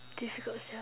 difficult Sia